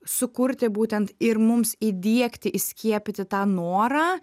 sukurti būtent ir mums įdiegti įskiepyti tą norą